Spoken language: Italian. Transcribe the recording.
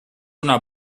una